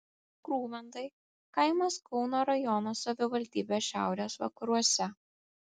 krūvandai kaimas kauno rajono savivaldybės šiaurės vakaruose